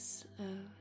slow